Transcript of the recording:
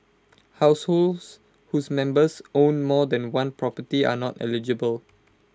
households whose members own more than one property are not eligible